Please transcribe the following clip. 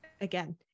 again